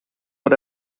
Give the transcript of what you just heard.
fod